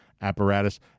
apparatus